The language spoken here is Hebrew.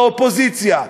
באופוזיציה,